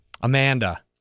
Amanda